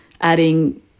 adding